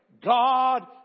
God